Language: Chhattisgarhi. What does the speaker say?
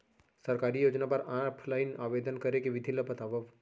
सरकारी योजना बर ऑफलाइन आवेदन करे के विधि ला बतावव